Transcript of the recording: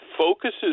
focuses